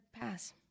pass